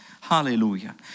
Hallelujah